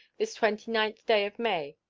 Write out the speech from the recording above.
this twenty ninth day of may,